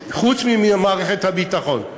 חוץ ממערכת הביטחון,